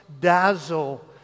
dazzle